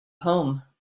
home